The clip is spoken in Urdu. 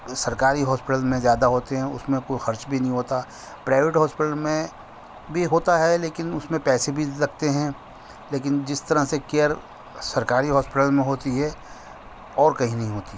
سرکاری ہاسپٹل میں زیادہ ہوتے ہیں اس میں کوئی خرچ بھی نہیں ہوتا پرائیویٹ ہاسپٹل میں بھی ہوتا ہے لیکن اس میں پیسے بھی لگتے ہیں لیکن جس طرح سے کیئر سرکاری ہاسپٹل میں ہوتی ہے اور کہیں نہیں ہوتی